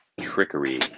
trickery